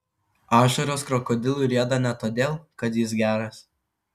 ašaros krokodilui rieda ne todėl kad jis geras